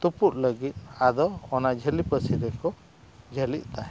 ᱛᱩᱯᱩᱫ ᱞᱟᱹᱜᱤᱫ ᱟᱫᱚ ᱚᱱᱟ ᱡᱷᱟᱹᱞᱤ ᱯᱟᱹᱥᱤ ᱨᱮᱠᱚ ᱡᱷᱟᱹᱞᱤᱜ ᱛᱟᱦᱮᱸᱫ